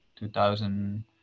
2000